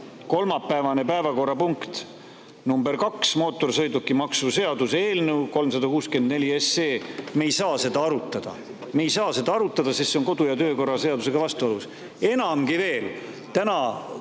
kolmapäevane päevakorrapunkt nr 2, mootorsõidukimaksu seaduse eelnõu 364, me ei saa seda arutada. Me ei saa seda arutada, sest see on kodu- ja töökorra seadusega vastuolus. Enamgi veel, täna